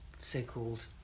so-called